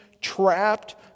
trapped